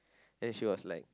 and she was like